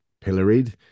pilloried